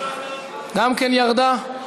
גם כן ירדה.